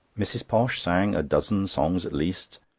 mrs. posh sang a dozen songs at least,